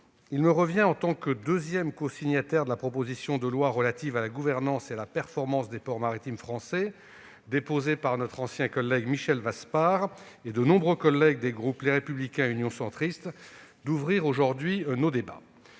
collègues, en tant que deuxième cosignataire de la proposition de loi relative à la gouvernance et à la performance des ports maritimes français, déposée par notre ancien collègue Michel Vaspart et de nombreux collègues des groupes Les Républicains et Union Centriste, il me revient d'ouvrir aujourd'hui nos débats.